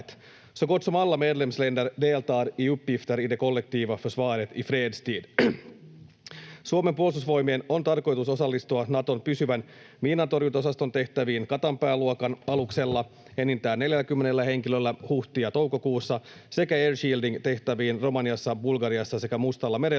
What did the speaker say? Suomen puolustusvoimien on tarkoitus osallistua Naton pysyvän miinantorjuntaosaston tehtäviin Katanpää-luokan aluksella enintään 40 henkilöllä huhti‑ ja toukokuussa sekä air shielding ‑tehtäviin Romaniassa, Bulgariassa sekä Mustallamerellä